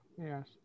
Yes